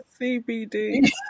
CBd